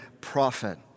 prophet